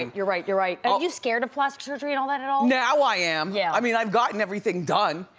you're right, you're right. are you scared of plastic surgery and all that at all? now i am, yeah i mean i've gotten everything done.